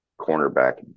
Cornerback